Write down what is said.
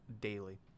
daily